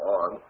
on